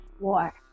war